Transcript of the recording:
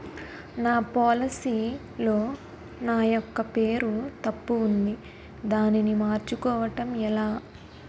నా పోలసీ లో నా యెక్క పేరు తప్పు ఉంది దానిని మార్చు కోవటం ఎలా?